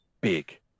big